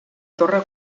torre